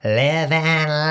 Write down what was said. living